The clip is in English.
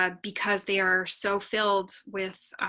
ah because they are so filled with